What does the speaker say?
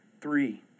Three